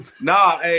Nah